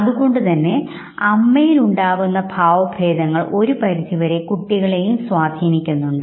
അതുകൊണ്ടുതന്നെ അമ്മയിൽ ഉണ്ടാകുന്ന ഭാവഭേദങ്ങൾ ഒരുപരിധിവരെ കുട്ടികളെയും സ്വാധീനിക്കുന്നുണ്ട്